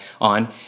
on